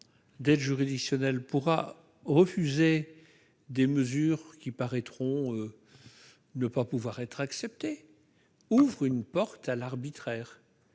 d'aide juridictionnelle pourra refuser des mesures qui paraîtront ne pas pouvoir être acceptée ouvre une porte à l'arbitraire,